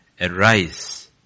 arise